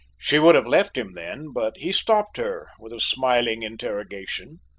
she would have left him then, but he stopped her with a smiling interrogation.